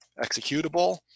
executable